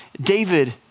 David